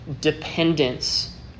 dependence